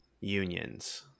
unions